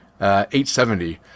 870